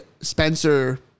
Spencer